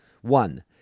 One